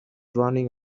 running